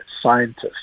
scientists